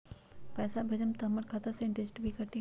पैसा भेजम त हमर खाता से इनटेशट भी कटी?